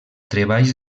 treballs